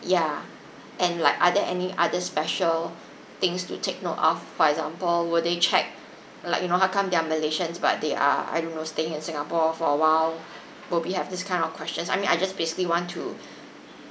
ya and like are there any other special things to take note of for example will they check like you know how come they're malaysians but they are I don't know staying in singapore for a while will be have this kind of questions I mean I just basically want to